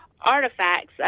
artifacts